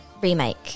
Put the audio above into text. remake